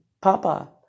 Papa